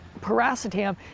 paracetam